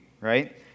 right